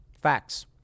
Facts